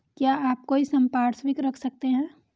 क्या आप कोई संपार्श्विक रख सकते हैं?